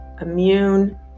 immune